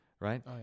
Right